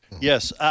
Yes